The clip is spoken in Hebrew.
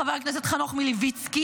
חבר הכנסת חנוך מלביצקי,